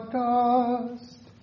dust